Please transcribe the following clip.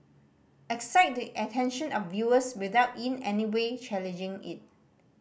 excite the attention of viewers without in any way challenging it